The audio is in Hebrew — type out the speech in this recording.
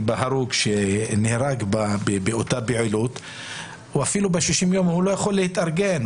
בהרוג שנהרג באותה פעילות לא יכולים להתארגן,